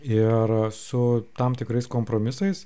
ir su tam tikrais kompromisais